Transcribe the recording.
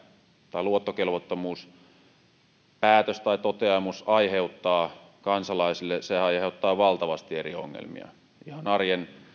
tai luottokelvottomuuspäätös tai toteamus aiheuttaa kansalaisille sehän aiheuttaa valtavasti eri ongelmia ihan arjen